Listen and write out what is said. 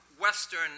western